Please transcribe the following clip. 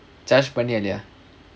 பண்ணியா இல்லயா:panniyaa illaya